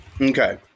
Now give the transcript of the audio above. Okay